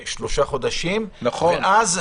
לעניין הזה של שלוש שנים וחמש שנים תיאוריה וטסט.